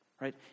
right